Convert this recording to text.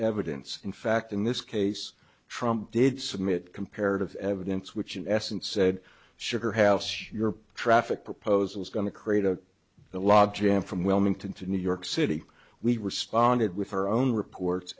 evidence in fact in this case trump did submit comparative evidence which in essence said sugar house your traffic proposal is going to create a the logjam from wilmington to new york city we responded with her own reports